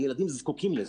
הילדים זקוקים לזה.